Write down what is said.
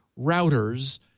routers